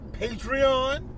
Patreon